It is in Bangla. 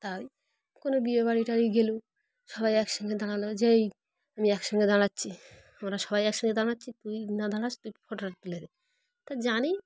তাই কোনো বিয়েবড়ি টাড়ি গেল সবাই একসঙ্গে দাঁড়ালো যেই আমি একসঙ্গে দাঁড়াচ্ছি আমরা সবাই একসঙ্গে দাঁড়াচ্ছি তুই না দাঁড়াস তুই ফটোটা তুলে দে তা জানি